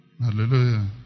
Hallelujah